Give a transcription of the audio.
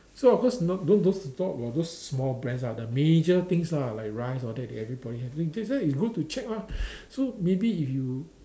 so of course no don't don't talk about those small brands lah the major things lah like rice all that everybody have that that's why it's good to check lah so maybe if you